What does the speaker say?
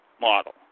model